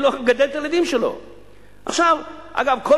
אין לו איך לגדל את הילדים שלו.